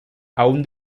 aún